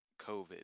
COVID